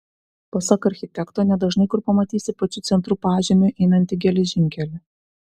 pasak architekto nedažnai kur pamatysi pačiu centru pažemiui einantį geležinkelį